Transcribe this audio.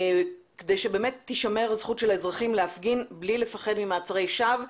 כדי שבאמת תישמר הזכות של האזרחים להפגין בלי לפחד ממעצרי שווא.